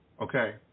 Okay